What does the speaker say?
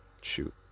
shoot